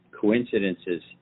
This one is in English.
coincidences